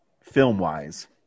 film-wise